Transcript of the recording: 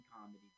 comedy